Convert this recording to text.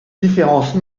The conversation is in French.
différence